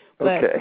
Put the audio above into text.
Okay